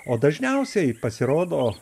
o dažniausiai pasirodo